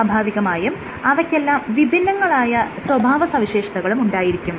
സ്വാഭാവികമായും അവയ്ക്കെല്ലാം വിഭിന്നങ്ങളായ സ്വഭാവ സവിശേഷതകളും ഉണ്ടായിരിക്കും